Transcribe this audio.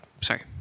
Sorry